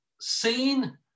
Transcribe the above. seen